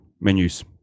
menus